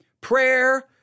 prayer